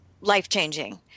life-changing